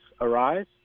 arise